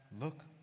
look